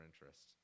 interests